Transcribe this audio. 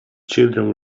children